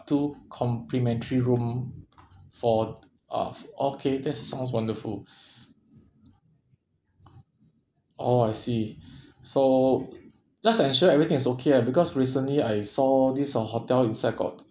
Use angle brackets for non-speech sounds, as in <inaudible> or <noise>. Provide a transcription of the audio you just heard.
two complimentary room for uh okay that's sounds wonderful <breath> oh I see <breath> so just ensure everything is okay ah because recently I saw this uh hotel inside got